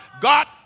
God